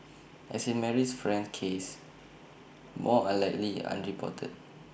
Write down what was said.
as in Marie's friend's case more are likely unreported